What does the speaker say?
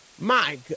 Mike